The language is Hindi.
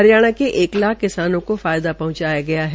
हरियाणा के एक लाख किसानों को फायदा पहंचाया गया है